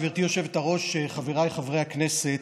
גברתי היושבת-ראש, חבריי חברי הכנסת,